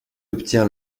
obtient